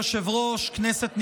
אדוני היושב-ראש, כנסת נכבדה,